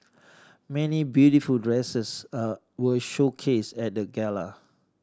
many beautiful dresses a were showcased at gala